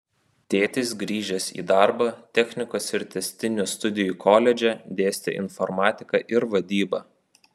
tėtis grįžęs į darbą technikos ir tęstinių studijų koledže dėstė informatiką ir vadybą